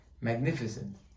magnificent